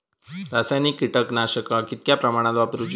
रासायनिक कीटकनाशका कितक्या प्रमाणात वापरूची?